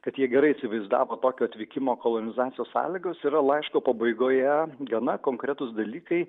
kad jie gerai įsivaizdavo tokio atvykimo kolonizacijos sąlygas yra laiško pabaigoje gana konkretūs dalykai